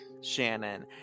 shannon